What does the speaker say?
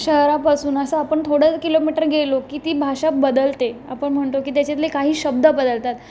शहरापासून असं आपण थोडं किलोमीटर गेलो की ती भाषा बदलते आपण म्हणतो की त्याच्यातले काही शब्द बदलतात